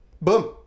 Boom